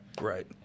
Right